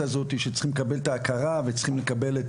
הזאת שצריכים לקבל את ההכרה וצריכים לקבל את